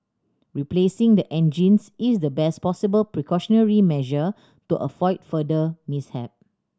replacing the engines is the best possible precautionary measure to avoid further mishap